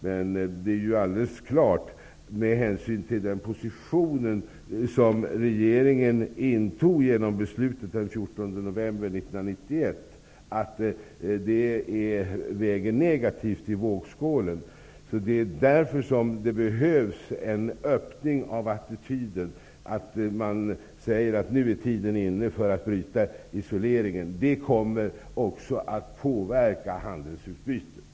Men det är ju alldeles klart att den position som regeringen intog genom beslutet den 14 november 1991 väger negativt i vågskålen. Det är därför som det behövs en öppning av attityden, att man säger att nu är tiden inne för att bryta isoleringen. Det kommer också att påverka handelsutbytet.